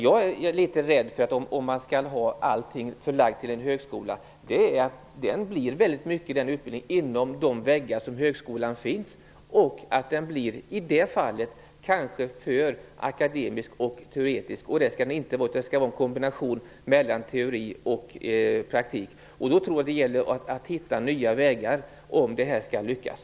Jag är litet rädd för att om man skall ha utbildningen förlagd till en högskola blir den inom de väggar som finns i högskolan. I det fallet blir den kanske för akademisk och teoretisk, och det skall den inte vara. Det skall vara en kombination mellan teori och praktik. Jag tror att det gäller att hitta nya vägar för att detta skall lyckas.